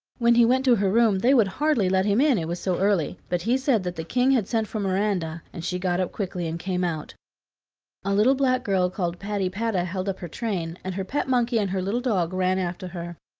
when he went to her room they would hardly let him in, it was so early, but he said that the king had sent for miranda, and she got up quickly and came out a little black girl called patypata held up her train, and her pet monkey and her little dog ran after her.